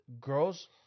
Girls